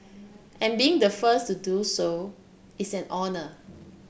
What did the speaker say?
and being the first to do so is an honour